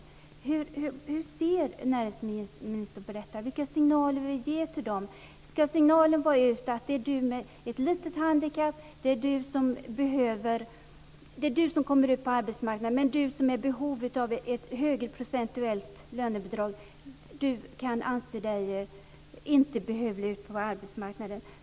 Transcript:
Hur ser näringsministern på det? Vilka signaler vill vi ge till dem? Ska signalen vara att det är du med ett litet handikapp som kommer ut på arbetsmarknaden, men du som är i behov av ett högre procentuellt lönebidrag kan inte anse dig vara behövlig ute på arbetsmarknaden.